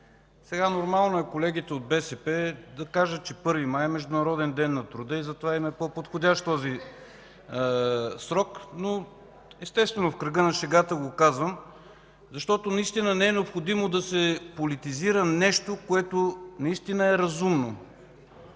текст. Нормално е колегите от БСП да кажат, че 1 май е Международен ден на труда и затова им е по-подходящ този срок. Но, естествено, казвам в го кръга на шегата. Наистина не е необходимо да се политизира нещо, което наистина е разумно.